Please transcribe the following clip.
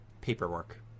paperwork